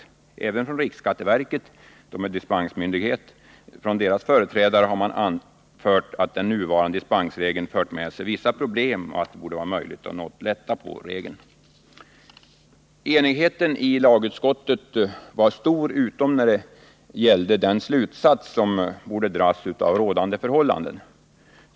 Även företrädarna för riksskatteverket, som är dispensmyndighet, har anfört att den nuvarande dispensregeln fört med sig vissa problem och att det borde vara möjligt att lätta något på regeln. Enigheten i lagutskottet var stor, utom när det gällde den slutsats som borde dras av rådande förhållanden.